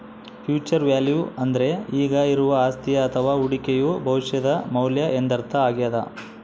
future value ಅಂದ್ರೆ ಈಗ ಇರುವ ಅಸ್ತಿಯ ಅಥವ ಹೂಡಿಕೆಯು ಭವಿಷ್ಯದ ಮೌಲ್ಯ ಎಂದರ್ಥ ಆಗ್ಯಾದ